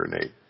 Nate